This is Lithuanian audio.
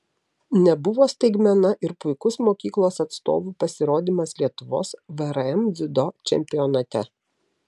nebuvo staigmena ir puikus mokyklos atstovų pasirodymas lietuvos vrm dziudo čempionate